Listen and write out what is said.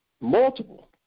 multiple